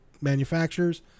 manufacturers